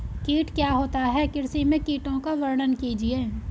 कीट क्या होता है कृषि में कीटों का वर्णन कीजिए?